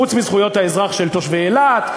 חוץ מזכויות האזרח של תושבי אילת,